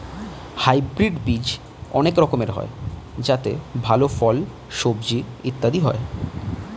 hybrid বীজ অনেক রকমের হয় যাতে ভালো ফল, সবজি ইত্যাদি হয়